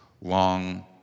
long